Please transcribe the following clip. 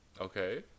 Okay